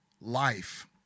life